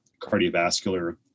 cardiovascular